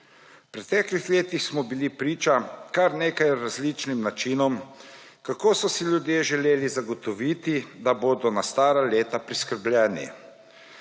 V preteklih letih smo bili priča kar nekaj različnim načinom kako so si ljudje želeli zagotoviti, da bodo na stara leta priskrbljeni.